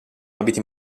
abiti